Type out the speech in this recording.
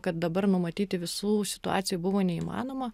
kad dabar numatyti visų situacijų buvo neįmanoma